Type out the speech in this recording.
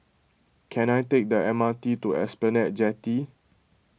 can I take the M R T to Esplanade Jetty